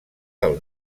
del